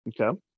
Okay